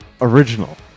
original